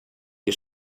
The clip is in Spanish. que